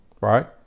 Right